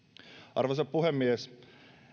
arvoisa puhemies